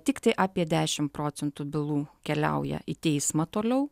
tiktai apie dešimt procentų bylų keliauja į teismą toliau